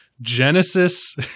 Genesis